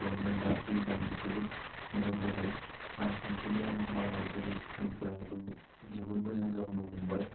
थह नै दा फैनानै जोबोद मोजां जाबाय रांखान्थिनि आबहावा जेरै स्कुलफोराबो जोबोर मोजां जाबोनो हमबाय